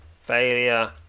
Failure